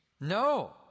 No